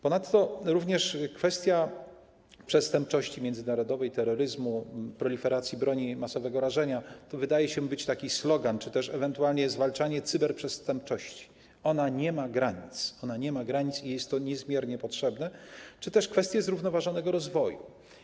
Ponadto jest również kwestia przestępczości międzynarodowej, terroryzmu, proliferacji broni masowego rażenia - to wydaje się być taki slogan - czy też ewentualnie zwalczania cyberprzestępczości - ona nie ma granic i jest to niezmiernie potrzebne, czy też są kwestie zrównoważonego rozwoju.